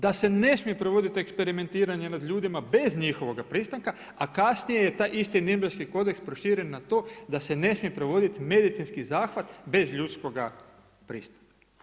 Da se ne smije provoditi eksperimentiranje nad ljudima bez njihovog pristanka, a kasnije je taj isti … kodeks proširen na to da se ne smije provoditi medicinski zahvat bez ljudskoga pristanka.